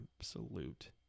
absolute